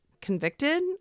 convicted